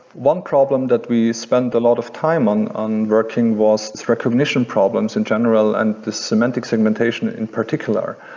one problem that we spend a lot of time on on working was recognition problems in general and the semantic segmentation in particular.